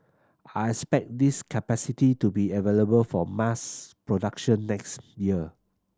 I expect this capacity to be available for mass production next year